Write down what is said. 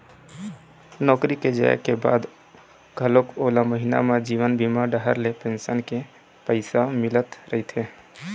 नौकरी के जाए के बाद घलोक ओला महिना म जीवन बीमा डहर ले पेंसन के पइसा मिलत रहिथे